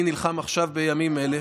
אני נלחם עכשיו בימים אלה,